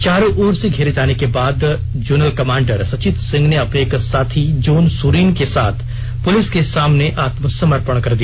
चारों ओर से घेरे जाने के बाद जोनल कमांडर सचित सिंह ने अपने एक साथी जोन सुरीन के साथ पुलिस के सामने आत्मसमर्पण कर दिया